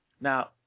Now